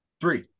Three